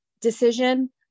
decision